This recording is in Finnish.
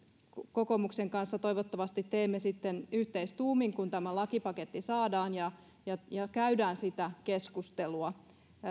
kokoomuksen kanssa toivottavasti teemme sitten yhteistuumin kun tämä lakipaketti saadaan ja ja käydään sitä keskustelua